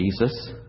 Jesus